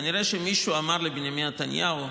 כנראה מישהו אמר לבנימין נתניהו,